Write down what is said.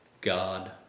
God